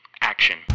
action